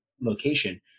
location